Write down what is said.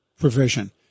provision